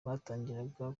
batangiraga